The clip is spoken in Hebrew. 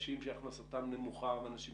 אנשים שהכנסתם נמוכה, אנשים